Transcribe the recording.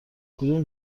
کدوم